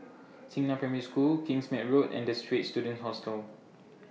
Xingnan Primary School Kingsmead Road and The Straits Students Hostel